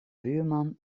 buurman